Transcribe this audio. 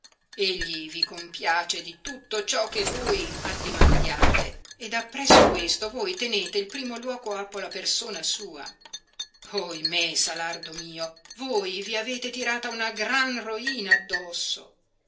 egli vi compiace di tutto ciò che voi addimandiate ed appresso questo voi tenete il primo luoco appo la persona sua ohimè salardo mio voi vi avete tirata una gran roina addosso